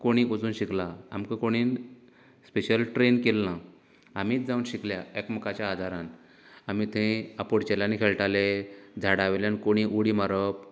कोंडीक वचून शिकला आमकां कोणीन स्पेशल ट्रेन केल्ले ना आमीच जावन शिकल्यां एकामेकांच्या आदारान आमी थंय आपोडचेल्यांनी खेळटाले झाडांवयल्यान कोंडींत उडी मारप